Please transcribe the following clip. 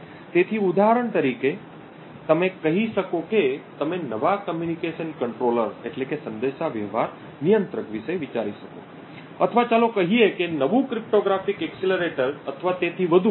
તેથી ઉદાહરણ તરીકે તમે કહી શકો કે તમે નવા સંદેશાવ્યવહાર નિયંત્રક વિશે વિચારી શકો અથવા ચાલો કહીએ કે નવું ક્રિપ્ટોગ્રાફિક એક્સિલરેટર અથવા તેથી વધુ